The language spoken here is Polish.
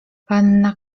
panna